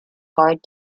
hard